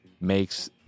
makes